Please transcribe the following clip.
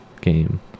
game